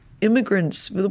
immigrants